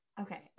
Okay